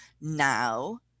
now